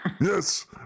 yes